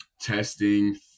testing